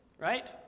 Right